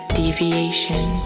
deviation